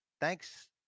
thanks